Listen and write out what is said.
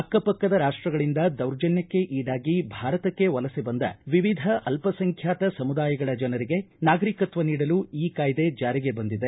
ಅಕ್ಕಪಕ್ಕದ ರಾಷ್ಟಗಳಿಂದ ದೌರ್ಜನ್ಯಕ್ಕೆ ಈಡಾಗಿ ಭಾರತಕ್ಕೆ ವಲಸೆ ಬಂದ ವಿವಿಧ ಅಲ್ಲ ಸಂಖ್ಯಾತ ಸಮುದಾಯಗಳ ಜನರಿಗೆ ನಾಗರಿಕತ್ವ ನೀಡಲು ಈ ಕಾಯ್ದೆ ಜಾರಿಗೆ ಬಂದಿದೆ